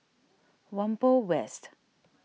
Whampoa West